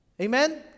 Amen